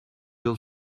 yıl